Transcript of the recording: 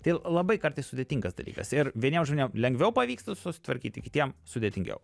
tai labai kartais sudėtingas dalykas ir vieniem žmonėm lengviau pavyksta sutvarkyti kitiems sudėtingiau